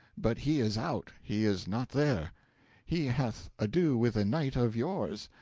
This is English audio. but he is out, he is not there he hath ado with a knight of yours,